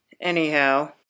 Anyhow